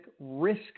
risk